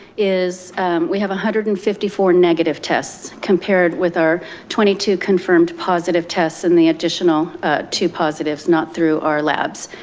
is we have one hundred and fifty four negative tests compared with our twenty two confirmed positive tests and the additional two positives, not through our labs.